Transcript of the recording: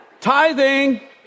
Tithing